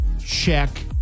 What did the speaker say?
check